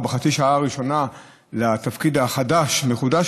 או בחצי השעה הראשונה לתפקיד החדש-מחודש